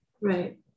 Right